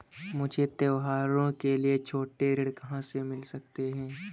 मुझे त्योहारों के लिए छोटे ऋण कहाँ से मिल सकते हैं?